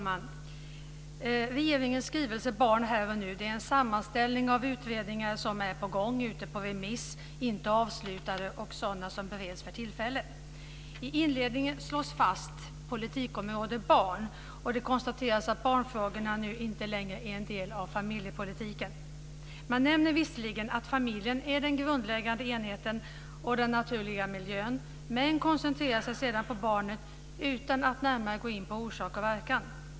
Fru talman! Regeringens skrivelse Barn - här och nu är en sammanställning av utredningar som är på gång, ute på remiss, inte avslutade och sådana som bereds för tillfället. I inledningen slås fast politikområde barn, och det konstateras att barnfrågorna nu inte längre är en del av familjepolitiken. Man nämner visserligen att familjen är den grundläggande enheten och den naturliga miljön, men koncentrerar sig sedan på barnet utan att närmare gå in på orsak och verkan.